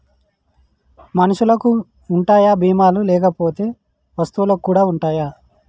మనుషులకి ఉంటాయా బీమా లు లేకపోతే వస్తువులకు కూడా ఉంటయా?